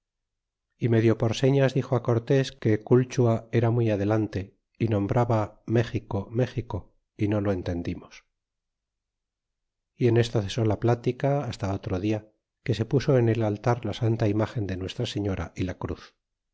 y medio por señas dixo á cortés que culchua era muy adelante y nombraba méxico méxico y no lo entendimos y en esto cesó la plática hasta otro dia que se puso en el altar la santa imagen de nuestra señora y la cruz